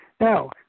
now